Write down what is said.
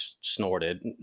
snorted